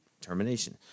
termination